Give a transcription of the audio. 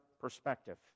perspective